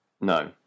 No